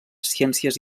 ciències